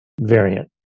variant